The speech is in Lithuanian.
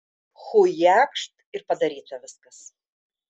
chujakšt ir padaryta viskas